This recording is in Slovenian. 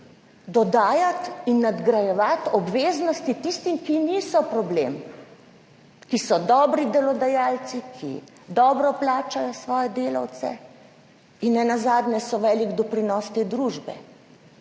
dodajati in nadgrajevati obveznosti tistih, ki niso problem, ki so dobri delodajalci, ki dobro plačajo svoje delavce in so nenazadnje velik doprinos tej družbi,